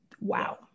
Wow